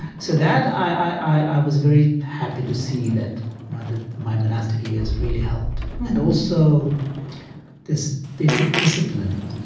so that i was very happy to see that that my monastic years really helped, and also this basic discipline